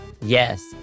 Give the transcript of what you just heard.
Yes